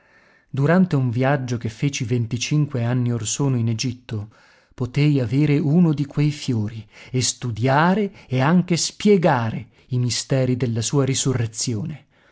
durante un viaggio che feci venticinque anni or sono in egitto potei avere uno di quei fiori e studiare e anche spiegare i misteri della sua risurrezione